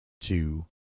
two